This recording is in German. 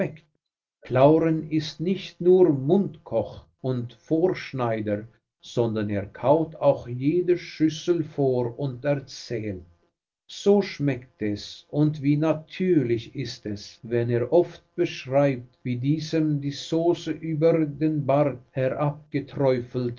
clauren ist nicht nur mundkoch und vorschneider sondern er kaut auch jede schüssel vor und erzählt so schmeckte es und wie natürlich ist es wenn er oft beschreibt wie diesem die sauce über den bart